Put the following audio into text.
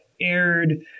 aired